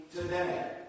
today